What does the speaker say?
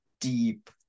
deep